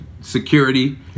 security